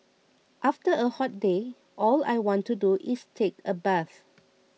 after a hot day all I want to do is take a bath